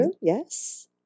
yes